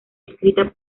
escrita